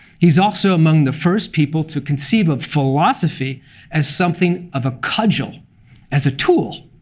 he's also among the first people to conceive of philosophy as something of a cudgel as a tool